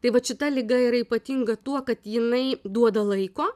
tai vat šita liga yra ypatinga tuo kad jinai duoda laiko